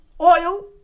oil